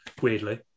weirdly